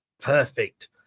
Perfect